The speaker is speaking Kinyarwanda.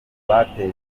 bateje